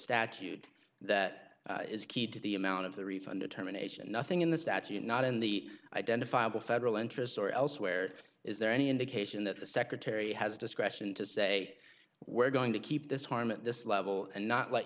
statute that is keyed to the amount of the refund determination nothing in the statute is not in the identifiable federal interest or elsewhere is there any indication that the secretary has discretion to say we're going to keep this harm at this level and not let